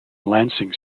lancing